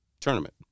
tournament